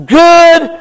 good